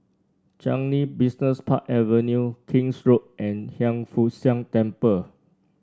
Changi Business Park Avenue King's Road and Hiang Foo Siang Temple